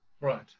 right